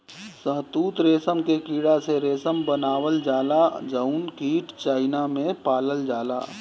शहतूत रेशम के कीड़ा से रेशम बनावल जाला जउन कीट चाइना में पालल जाला